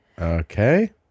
okay